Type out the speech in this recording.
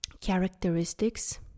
characteristics